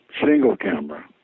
single-camera